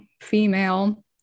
female